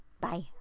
Bye